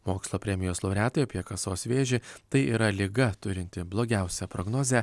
mokslo premijos laureatai apie kasos vėžį tai yra liga turinti blogiausią prognozę